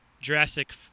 jurassic